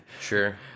sure